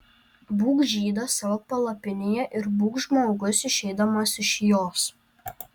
būk žydas savo palapinėje ir būk žmogus išeidamas iš jos